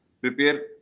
prepare